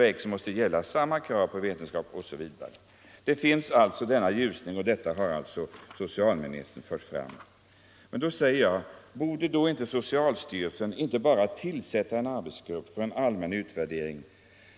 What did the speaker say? För THX måste gälla samma krav på vetenskaplig prövning som gäller för alla andra preparat på läkemedelsområdet.” Det finns alltså en liten ljusning. Då borde väl socialstyrelsen inte bara tillsätta en arbetsgrupp för en allmän utvärdering,